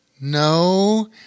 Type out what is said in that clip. No